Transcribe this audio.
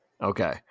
Okay